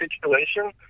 situation